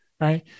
right